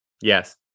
Yes